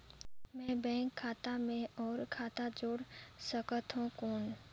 मैं बैंक खाता मे और खाता जोड़ सकथव कौन?